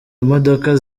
imodoka